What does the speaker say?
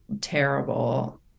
terrible